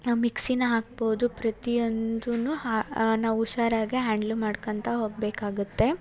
ಮಿಕ್ಸಿನ ಹಾಕ್ಬೋದು ಪ್ರತಿಯೊಂದೂನು ಹಾ ನಾವು ಹುಷಾರಾಗೆ ಹ್ಯಾಂಡ್ಲ್ ಮಾಡ್ಕೊತಾ ಹೋಗ್ಬೇಕಾಗುತ್ತೆ